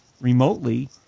remotely